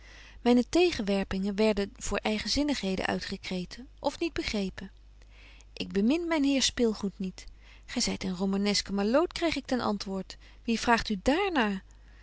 myne tegenwerpingen werden voor eigenzinnigheden uitgekreten of niet begrepen ik bemin myn heer spilgoed niet gy zyt een romanesque malloot kreeg ik ten antwoord wie vraagt u dààr